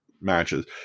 matches